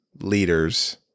leaders